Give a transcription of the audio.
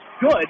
good